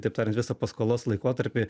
kitaip tariant visą paskolos laikotarpį